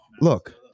Look